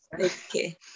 okay